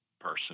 person